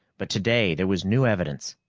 but today there was new evidence.